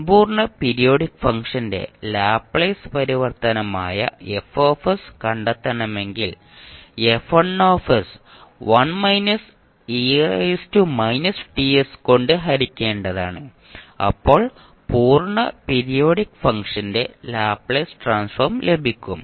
സമ്പൂർണ്ണ പീരിയോഡിക് ഫംഗ്ഷന്റെ ലാപ്ലേസ് പരിവർത്തനമായ F കണ്ടെത്തണമെങ്കിൽ F1 1 − e−Ts കൊണ്ട് ഹരിക്കേണ്ടതാണ് അപ്പോൾ പൂർണ്ണ പീരിയോഡിക് ഫംഗ്ഷന്റെ ലാപ്ലേസ് ട്രാൻസ്ഫോം ലഭിക്കും